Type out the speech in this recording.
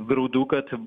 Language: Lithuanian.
graudu kad